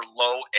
low